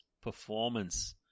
performance